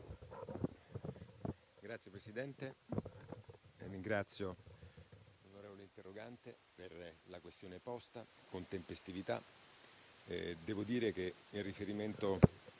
Signor Presidente, ringrazio l'onorevole interrogante per la questione posta con tempestività. Devo dire che, in riferimento